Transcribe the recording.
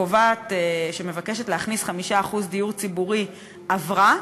שמבקשת להכניס 5% דיור ציבורי עברה,